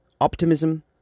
optimism